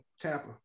Tampa